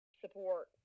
support